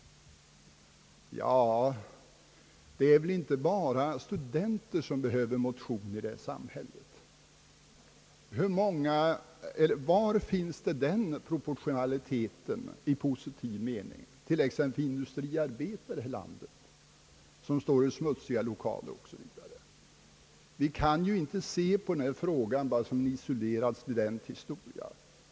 Men det är väl inte bara studenter som behöver motion i vårt samhälle. Var finns det någon proportionalitet i positiv mening t.ex. beträffande industriarbetare som står i smutsiga lokaler? Vi kan inte se problemet bara som en isolerad studentfråga.